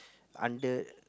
under